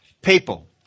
people